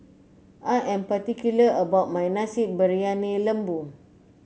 I am particular about my Nasi Briyani Lembu